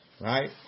Right